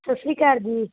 ਸਤਿ ਸ਼੍ਰੀ ਅਕਾਲ ਜੀ